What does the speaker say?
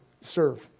serve